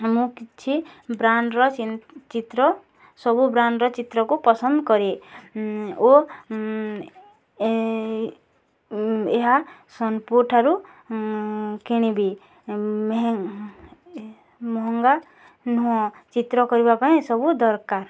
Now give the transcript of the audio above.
ମୁଁ କିଛି ବ୍ରାଣ୍ଡର ଚି ଚିତ୍ର ସବୁ ବ୍ରାଣ୍ଡର ଚିତ୍ରକୁ ପସନ୍ଦ କରେ ଓ ଏହା ସୋନପୁର ଠାରୁ କିଣିବି ମେହ ମହଙ୍ଗା ନୁହଁ ଚିତ୍ର କରିବା ପାଇଁ ଏସବୁ ଦରକାର